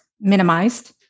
minimized